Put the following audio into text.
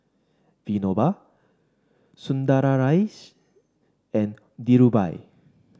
Vinoba Sundaraiah and Dhirubhai